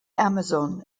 amazon